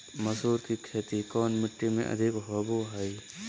मसूर की खेती कौन मिट्टी में अधीक होबो हाय?